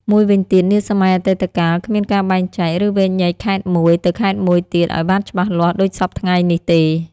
មួយវិញទៀតនាសម័យអតីតកាល គ្មានការបែងចែក ឬវែកញែកខេត្តមួយ ទៅខេត្តមួយទៀតឱ្យបានច្បាស់លាស់ដូចសព្វថ្ងៃនេះទេ ។